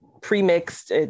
pre-mixed